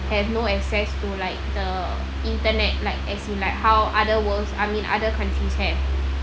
have no access to like the internet like as in like how other worlds I mean other countries have